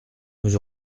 nous